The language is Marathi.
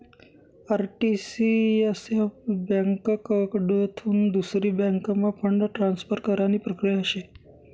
आर.टी.सी.एस.एफ ब्यांककडथून दुसरी बँकम्हा फंड ट्रान्सफर करानी प्रक्रिया शे